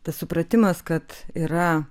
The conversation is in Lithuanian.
tas supratimas kad yra